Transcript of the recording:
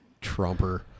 Trumper